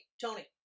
Tony